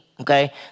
okay